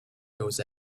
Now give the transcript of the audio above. goes